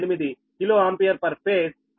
1658 kilo ampere per phase అనగా 165